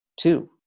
Two